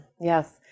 yes